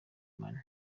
money